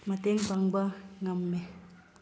ꯃꯇꯦꯡ ꯄꯥꯡꯕ ꯉꯝꯃꯦ